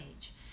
age